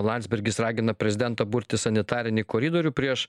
landsbergis ragina prezidentą burti sanitarinį koridorių prieš